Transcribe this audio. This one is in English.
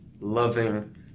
loving